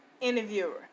interviewer